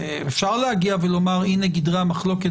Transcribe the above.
אפשר להגיע ולומר: הנה גדרי המחלוקת,